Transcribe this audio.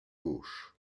gauche